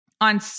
on